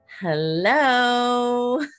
Hello